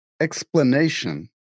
explanation